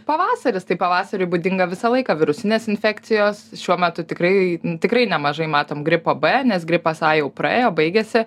pavasaris tai pavasariui būdinga visą laiką virusinės infekcijos šiuo metu tikrai tikrai nemažai matom gripo b nes gripas a jau praėjo baigėsi